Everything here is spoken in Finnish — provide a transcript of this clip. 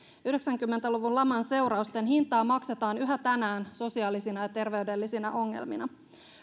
yhdeksänkymmentä luvun laman seurausten hintaa maksetaan yhä tänään sosiaalisina ja terveydellisinä ongelmina